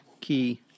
key